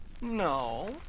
No